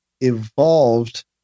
evolved